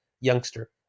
youngster